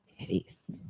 Titties